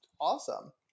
awesome